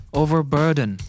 overburden